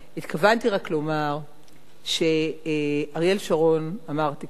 התכוונתי רק לומר שאריאל שרון, אמרתי כבר,